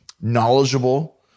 knowledgeable